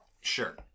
sure